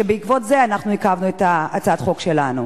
כשבעקבות זה אנחנו עיכבנו את הצעת החוק שלנו?